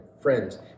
friends